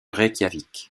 reykjavik